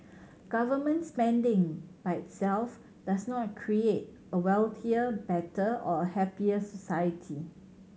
government spending by itself does not create a wealthier better or a happier society